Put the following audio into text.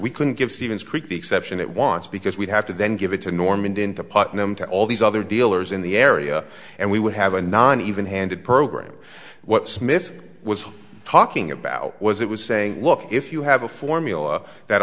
we couldn't give stevens creek the exception it wants because we'd have to then give it to normandy into putting them to all these other dealers in the area and we would have a nine even handed program what smith was talking about was it was saying look if you have a formula that